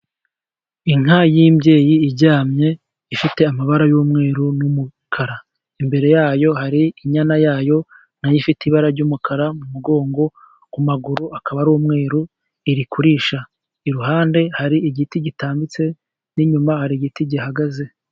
Inka y'imbyeyi iryamye, ifite amabara y'umweru n'umukara. Imbere yayo hari inyana yayo na yo ifite ibara ry'umukara mu mugongo, ku maguru akaba ari umweru. Iri kurisha. Iruhande hari igiti gitambitse, n'inyuma hari igiti gihagaze.